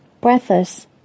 Breathless